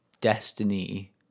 Destiny